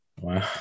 Wow